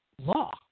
law